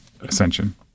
ascension